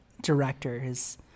directors